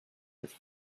his